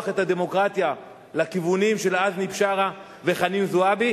את הדמוקרטיה לכיוונים של עזמי בשארה וחנין זועבי,